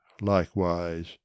likewise